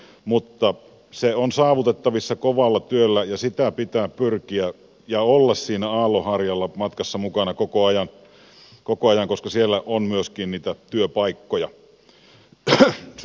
se on kunnianhimoinen mutta se on saavutettavissa kovalla työllä ja sitä kohti pitää pyrkiä ja olla siinä aallonharjalla matkassa mukana koko ajan koska sinne on myöskin niitä työpaikkoja syntymässä